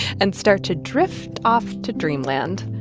and start to drift off to dreamland,